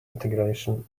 integration